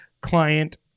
client